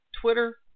Twitter